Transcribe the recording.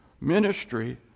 ministry